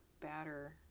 batter